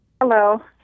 Hello